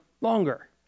longer